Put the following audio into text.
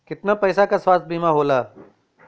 कितना पैसे का स्वास्थ्य बीमा होला?